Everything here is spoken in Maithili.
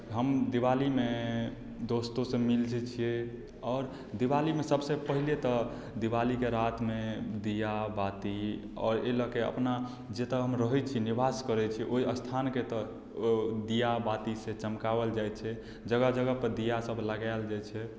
हम दीवालीमे दोस्तोसँ मिलैत छियै आओर दीवालीमे सभसँ पहिने तऽ दीवालीके रातिमे दिया बाती आओर एहि लए के अपना जतय हम रहैत छी निवास करैत छी ओहि स्थानकेँ तऽ दिया बातीसँ चमकाओल जाइत छै जगह जगहपर दियासभ लगायल जाइत छै